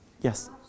Yes